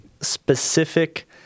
specific